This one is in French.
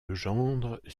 legendre